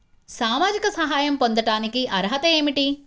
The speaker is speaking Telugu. సామాజిక సహాయం పొందటానికి అర్హత ఏమిటి?